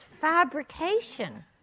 fabrication